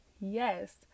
yes